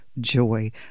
joy